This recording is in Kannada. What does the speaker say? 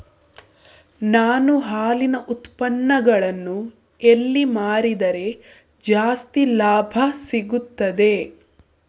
ನಾನು ಹಾಲಿನ ಉತ್ಪನ್ನಗಳನ್ನು ಎಲ್ಲಿ ಮಾರಿದರೆ ಜಾಸ್ತಿ ಲಾಭ ಸಿಗುತ್ತದೆ?